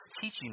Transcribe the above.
teaching